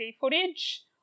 footage